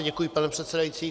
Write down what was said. Děkuji, pane předsedající.